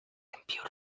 computer